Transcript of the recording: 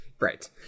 Right